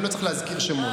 אני לא צריך להזכיר שמות.